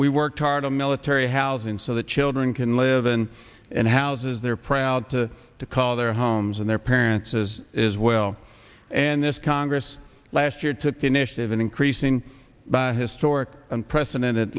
we worked hard on military housing so the children can live in and houses they're proud to call their homes and their parents as is well and this congress last year took the initiative in increasing by historic unprecedented